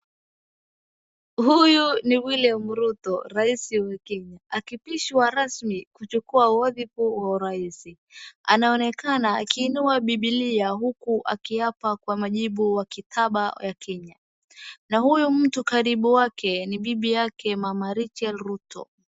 Huyu ni William Ruto rais wa Kenya akiapishwa rasmi kuchukua wadhifu wa urais. Anaonekana akiinua Bibilia huku akiapa kwa majibu ya katiba ya Kenya na huyu mtu karibu wake ni bibi yake mama Rachael Ruto.